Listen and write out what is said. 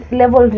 level